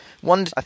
One